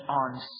on